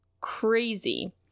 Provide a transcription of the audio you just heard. crazy